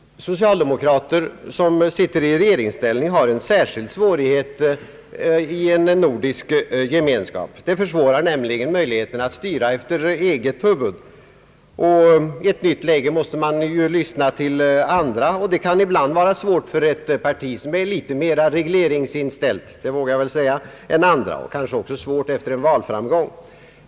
Socialdemokrater som sitter i regeringsställning har en särskild svårighet genom att en nordisk gemenskap försvårar möjligheterna att styra enbart efter eget huvud. I ett nytt läge måste man lyssna till andra, och det kanske är svårt för ett parti som är mer inställt på regleringsverksamhet än andra. Det kanske är särskilt svårt efter en valframgång.